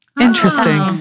Interesting